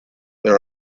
there